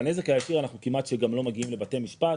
בנזק הישיר אנחנו כמעט לא מגיעים לבתי משפט,